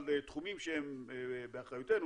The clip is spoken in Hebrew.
על תחומים שהם באחריותנו,